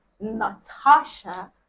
Natasha